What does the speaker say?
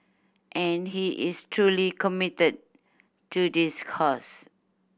and he is truly committed to this cause